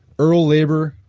earle labor,